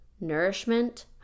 nourishment